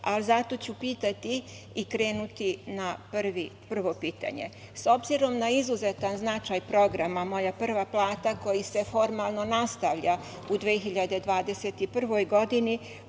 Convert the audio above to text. Zato ću pitati i krenuti na prvo pitanje.S obzirom na izuzetan značaj programa – „moja prva plata“ koji se formalno nastavlja u 2021. godini